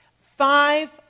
five